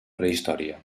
prehistòria